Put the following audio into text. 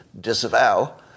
disavow